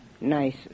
nice